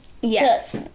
yes